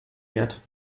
yet